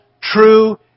true